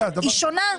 היא שונה.